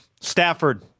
Stafford